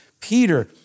Peter